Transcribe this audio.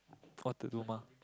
what to do mah